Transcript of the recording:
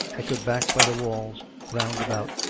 echoed back by the walls round about,